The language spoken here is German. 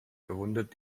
verwundert